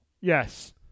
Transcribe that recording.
Yes